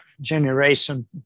generation